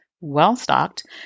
well-stocked